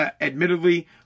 admittedly